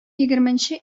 егерменче